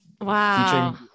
Wow